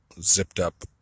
zipped-up